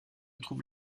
trouve